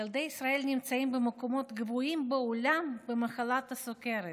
ילדי ישראל נמצאים במקומות גבוהים בעולם במחלת הסוכרת.